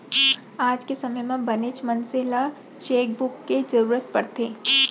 आज के समे म बनेच मनसे ल चेकबूक के जरूरत परथे